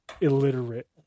illiterate